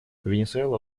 венесуэла